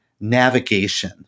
navigation